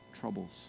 troubles